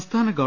സംസ്ഥാന ഗവ